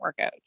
workouts